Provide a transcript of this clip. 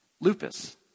Lupus